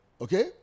okay